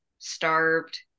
starved